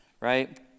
right